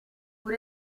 pur